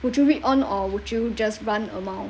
would you read on or would you just run amount